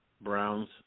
browns